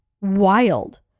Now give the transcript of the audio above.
wild